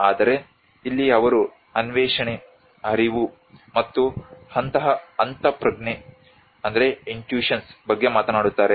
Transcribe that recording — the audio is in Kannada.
ಆದರೆ ಇಲ್ಲಿ ಅವರು ಅನ್ವೇಷಣೆ ಅರಿವು ಮತ್ತು ಅಂತಃಪ್ರಜ್ಞೆ ಬಗ್ಗೆ ಮಾತನಾಡುತ್ತಾರೆ